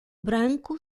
branco